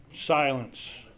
Silence